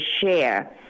share